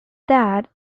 that